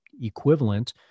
equivalent